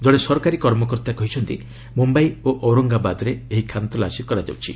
ଜଣେ ସରକାର କର୍ମକର୍ତ୍ତା କହିଛନ୍ତି ମୁମ୍ଭାଇ ଓ ଔରଙ୍ଗାବାଦରେ ଏହି ଖାନତଲାସୀ କରାଯାଉଛି